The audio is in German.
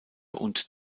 und